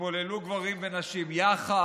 התפללו נשים וגברים יחד.